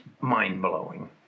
mind-blowing